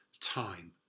time